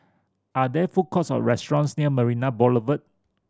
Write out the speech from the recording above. are there food courts or restaurants near Marina Boulevard